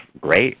great